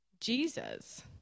jesus